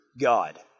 God